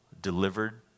delivered